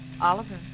Oliver